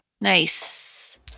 Nice